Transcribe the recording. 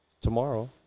tomorrow